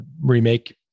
remake